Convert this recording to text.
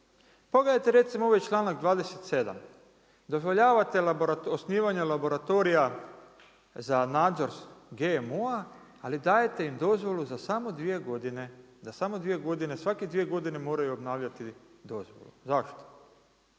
Pogledajte recimo ovaj čl. 27. dozvoljavate osnivanje laboratorija za nadzor GMO-a ali dajete im dozvolu za samo 2 godine, da samo 2 godine, svake 2 godine moraju obnavljati dozvolu. Zašto?